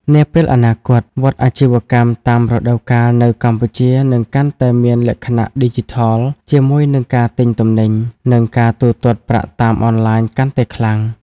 នាពេលអនាគត វដ្តអាជីវកម្មតាមរដូវកាលនៅកម្ពុជានឹងកាន់តែមានលក្ខណៈឌីជីថល ជាមួយនឹងការទិញទំនិញ និងការទូទាត់ប្រាក់តាមអនឡាញកាន់តែខ្លាំង។